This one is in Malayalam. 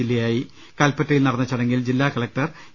ജില്ലയായി കല്പറ്റയിൽ നടന്ന ചടങ്ങിൽ ജില്ലാ കലക്ടർ എ